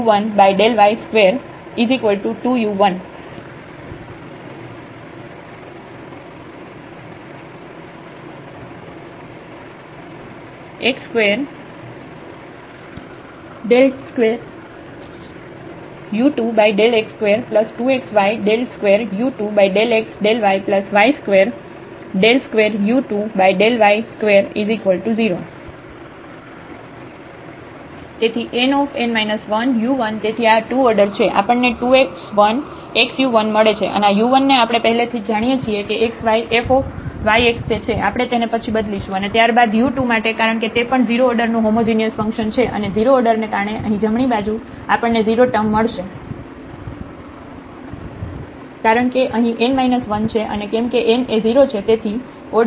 function of order 0 x22u2x22xy2u2∂x∂yy22u2y20 u2 0 ઓર્ડરનું homogeneous function x22u2x22xy2u2∂x∂yy22u2y20 તેથી n u1 તેથી આ 2 ઓર્ડર છે આપણને 2x1xu1 મળે છે અને આ u1 ને આપણે પહેલેથી જ જાણીએ છીએ કે xy fyxતે છે આપણે તેને પછી બદલીશું અને ત્યારબાદ u2 માટે કારણ કે તે પણ 0 ઓર્ડર નું હોમોજિનિયસ ફંક્શન છે અને 0 ઓર્ડર ને કારણે અહીં જમણી બાજુ આપણને 0 ટર્મ મળશે કારણ કે અહીં n છે અને કેમ કે n એ 0 છે તેથી ઓર્ડર 0 છે